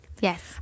Yes